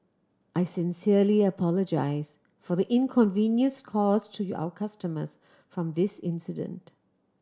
I sincerely apologise for the inconvenience cause to your our customers from this incident